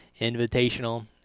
Invitational